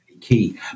key